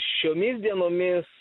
šiomis dienomis